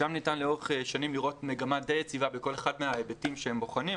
שם ניתן לראות לאורך השנים מגמה די יציבה בכל אחד מההיבטים שהם בוחנים,